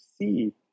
see